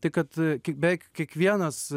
tai kad kiek beveik kiekvienas